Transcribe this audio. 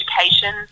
Education